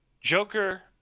joker